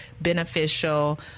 beneficial